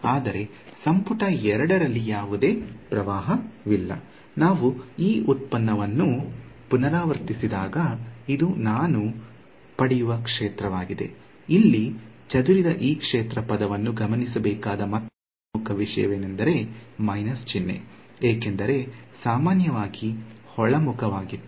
ಆದರೆ ಸಂಪುಟ 2 ರಲ್ಲಿ ಯಾವುದೇ ಪ್ರವಾಹವಿಲ್ಲ ನಾನು ಈ ವ್ಯುತ್ಪನ್ನವನ್ನು ಪುನರಾವರ್ತಿಸಿದಾಗ ಇದು ನಾನು ಪಡೆಯುವ ಕ್ಷೇತ್ರವಾಗಿದೆ ಇಲ್ಲಿ ಚದುರಿದ ಈ ಕ್ಷೇತ್ರ ಪದವನ್ನು ಗಮನಿಸಬೇಕಾದ ಮತ್ತೊಂದು ಪ್ರಮುಖ ವಿಷಯವೆಂದರೆ ಮೈನಸ್ ಚಿಹ್ನೆ ಏಕೆಂದರೆ ಸಾಮಾನ್ಯವು ಒಳಮುಖವಾಗಿತ್ತು